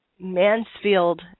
Mansfield